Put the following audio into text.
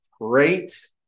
great